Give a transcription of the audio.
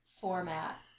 Format